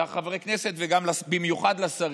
לחברי הכנסת ובמיוחד לשרים: